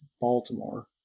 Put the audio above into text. Baltimore